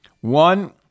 One